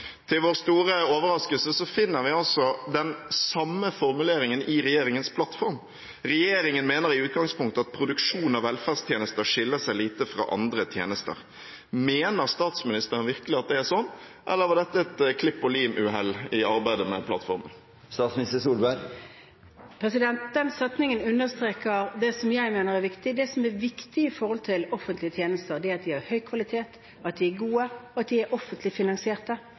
Til vår store overraskelse finner vi den samme formuleringen i regjeringens plattform. Regjeringen mener i utgangspunktet at produksjon av velferdstjenester skiller seg lite fra andre tjenester. Mener statsministeren virkelig at det er sånn, eller var dette et klipp-og-lim-uhell under arbeidet med plattformen? Den setningen understreker det som jeg mener er viktig. Det som er viktig når det gjelder offentlige tjenester, er at de har høy kvalitet, at de er gode, at de er offentlig